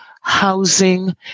housing